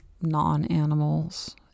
non-animals